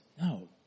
no